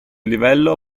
livello